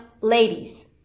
ladies